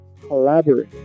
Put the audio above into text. collaborate